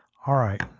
all right,